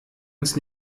uns